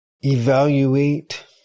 evaluate